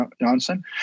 Johnson